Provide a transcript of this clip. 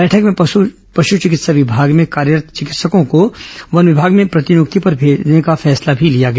बैठक में पश चिकित्सा विभाग में कार्यरत् चिकित्सकों को वन विभाग में प्रतिनियुक्ति पर लेने का फैसला भी लिया गया